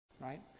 right